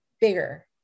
bigger